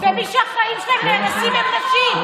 מי שהחיים שלהן נהרסים הן נשים.